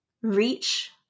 reach